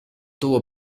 tuvo